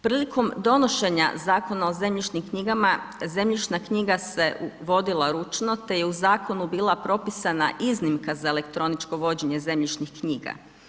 Prilikom donošenje Zakona o zemljišno knjigama, zemljišna knjiga se vodila ručno, te je u zakonu bila propisana iznimka za elektroničko vođenje zemljišnih knjiga.